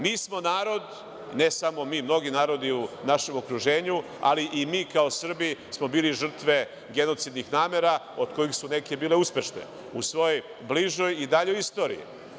Mi smo narod, ne samo mi, mnogi narodi u našem okruženju, ali i mi kao Srbi smo bili žrtve genocidnih namera, od kojih su neke bile uspešne u svojoj bližoj i daljoj istoriji.